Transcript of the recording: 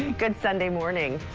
and good sunday morning.